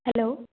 hello